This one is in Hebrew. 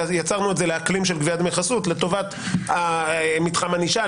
ויצרנו את זה לאקלים של גביית דמי חסות לטובת מתחם הענישה,